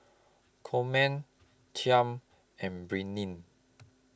Coleman Chaim and Brittni